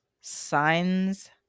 signs